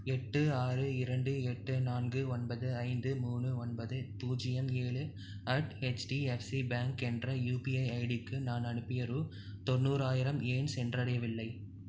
எட்டு ஆறு இரண்டு எட்டு நான்கு ஒன்பது ஐந்து மூணு ஒன்பது பூஜ்ஜியம் ஏழு அட் ஹெச்டிஎஃப்சி பேங்க் என்ற யூபிஐ ஐடிக்கு நான் அனுப்பிய ரூ தொண்ணூறாயிரம் ஏன் சென்றடையவில்லை